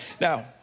Now